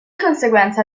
conseguenza